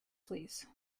please